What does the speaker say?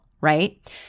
right